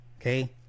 okay